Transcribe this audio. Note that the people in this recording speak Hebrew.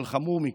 אבל חמור מכך,